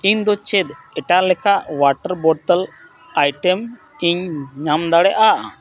ᱤᱧ ᱫᱚ ᱪᱮᱫ ᱮᱴᱟᱜ ᱞᱮᱠᱟ ᱚᱣᱟᱴᱟᱨ ᱵᱳᱴᱚᱞ ᱟᱭᱴᱮᱢᱤᱧ ᱧᱟᱢ ᱫᱟᱲᱮᱭᱟᱜᱼᱟ